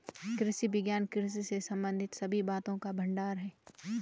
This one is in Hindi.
कृषि विज्ञान कृषि से संबंधित सभी बातों का भंडार है